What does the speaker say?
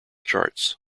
charts